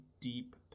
deep